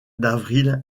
d’avril